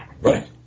Right